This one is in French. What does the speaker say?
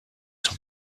son